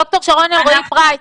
ד"ר שרון אלרעי פרייס,